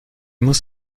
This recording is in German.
muss